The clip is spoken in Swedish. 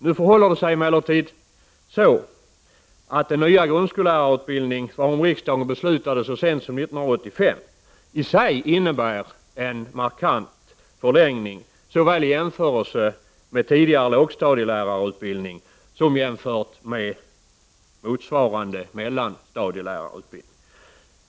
Nu förhåller det sig emellertid så, att den nya grundskollärarutbildning varom riksdagen beslutade så sent som 1985 i sig innebär en markant förlängning, såväl i jämförelse med tidigare lågstadielärarutbildning som jämfört med motsvarande mellanstadielärarutbildning.